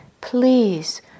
Please